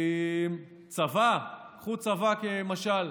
צבא, קחו צבא כמשל.